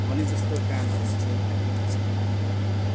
भने जस्तो कामहरू हुन्छ बुनेको कपडामा त्यति नै हो